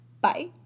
Bye